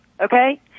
Okay